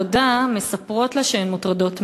כשחברותיה לעבודה מספרות לה שהן מוטרדות מינית?